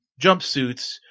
jumpsuits